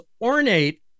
ornate